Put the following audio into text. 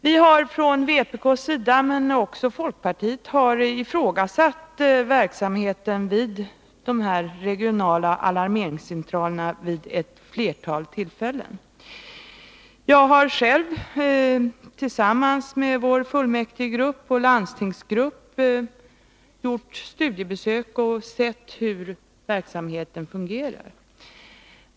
Vi har från vpk:s sida — och det har man även från folkpartiets sida — ifrågasatt verksamheten vid dessa regionala alarmeringscentraler vid flera tillfällen. Jag har själv i fullmäktigoch landstingsgrupper gjort studiebesök och sett hur verksamheten fungerar.